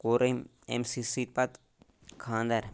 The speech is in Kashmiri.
کوٚر أمۍ أمسٕے سۭتۍ پَتہٕ کھاندر